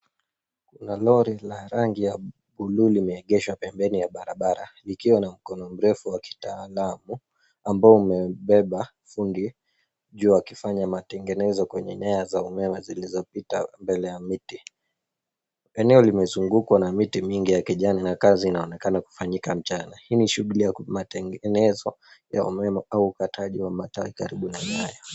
Lori la rangi ya buluu limeegeshwa pembeni ya barabara. Kifaa, chenye mkono mrefu wa kuinua, kimebeba fundi. Fundi huyo anafanya matengenezo kwenye nyaya za umeme zinazopita mbele ya miti. Eneo hilo limezungukwa na miti mingi ya kijani, na kazi inaonekana kufanyika mchana. Hii ni shughuli ya matengenezo ya umeme au kukata matawi yaliyokaribu na nyaya hizo.